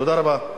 תודה רבה.